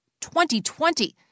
2020